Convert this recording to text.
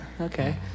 okay